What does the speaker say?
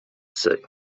sue